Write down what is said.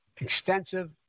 extensive